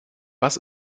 was